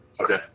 Okay